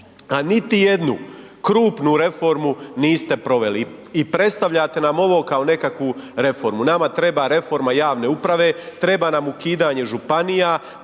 a niti jednu krupnu reformu niste proveli i predstavljate nam ovo kao nekakvu reformu. Nama treba reforma javne uprave, treba nam ukidanje županija,